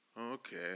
okay